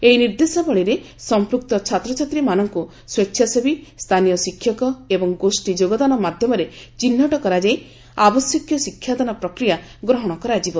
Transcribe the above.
ଏହି ନିର୍ଦ୍ଦେଶାବଳୀରେ ସମ୍ପୁକ୍ତ ଛାତ୍ରଛାତ୍ରୀମାନଙ୍କୁ ସ୍ୱେଚ୍ଛାସେବୀ ସ୍ଥାନୀୟ ଶିକ୍ଷକ ଏବଂ ଗୋଷ୍ଠୀ ଯୋଗଦାନ ମାଧ୍ୟମରେ ଚିହ୍ରଟ କରାଯାଇ ଆବଶ୍ୟକୀୟ ଶିକ୍ଷାଦାନ ପ୍ରକ୍ରିୟା ଗ୍ରହଣ କରାଯିବ